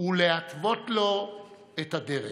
ולהתוות לו את הדרך,